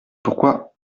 pourquoi